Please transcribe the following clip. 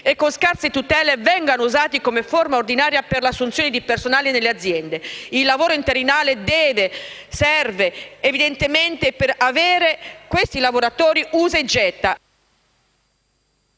e con scarse tutele vengano usati come forma ordinaria per l'assunzione di personale nelle aziende. Il lavoro interinale serve, evidentemente, per avere lavoratori usa e getta